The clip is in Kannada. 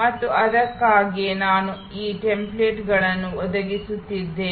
ಮತ್ತು ಅದಕ್ಕಾಗಿಯೇ ನಾನು ಈ ಟೆಂಪ್ಲೆಟ್ಗಳನ್ನು ಒದಗಿಸುತ್ತಿದ್ದೇನೆ